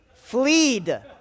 fleed